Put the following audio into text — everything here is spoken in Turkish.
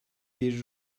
bir